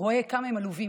הוא ראה כמה הם עלובים,